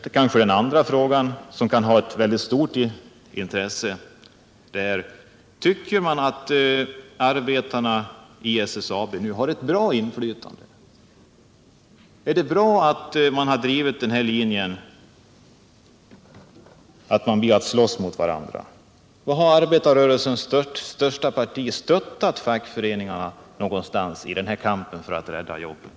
Den andra frågan, som kan ha ett väldigt stort intresse, är: Tycker man att arbetarna i SSAB nu har ett bra inflytande? Är det bra att den linjen har drivits att man vill slåss mot varandra? Var någonstans har arbetarrörelsens största parti stöttat fackföreningarna i den här kampen för att rädda jobben?